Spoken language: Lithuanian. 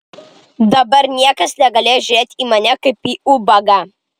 dabar niekas negalės žiūrėti į mane kaip į ubagą